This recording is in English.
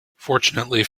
fortunately